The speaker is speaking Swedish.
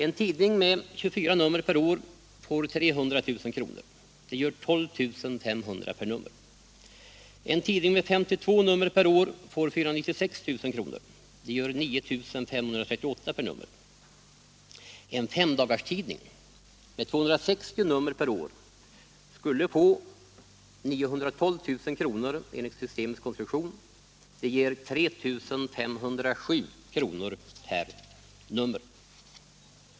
En tidning med 24 nummer per år får 300 000 kr. Det gör 12 500 kr. per nummer. En tidning med 52 nummer per år får 496 000 kr. Det gör 9 538 kr. per nummer. En femdagarstidning med 260 nummer per år skulle få 912 000 kr. enligt systemets konstruktion. Det gör 3 507 kr. per nummer.